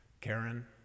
Karen